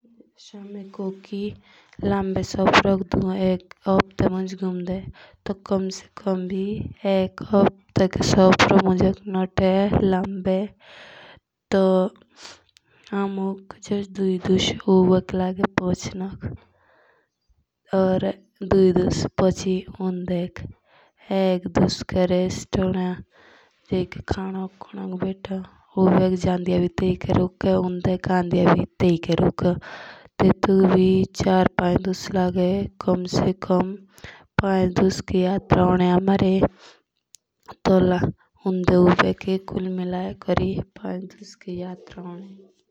जस हमें जौ ओ कोकी लमदे सफरोक जौन एक हफ्ते मुंज जूस एक हफ्ते के सफर मुंज नोथे जोला हमें तो हमुक दुश उबेक लागे पाहुचनोक या दुश पोचिक उंडेक या एक दुश का आराम होना जेइके खानो खूनो भेटो तो उबे जौंदियाक भी तेयिके रुके या उंडेक एंडिया भितेयिके रोके. तो सो पांच दश की यात्रा होनी चाहिए सो हमारी।